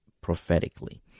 prophetically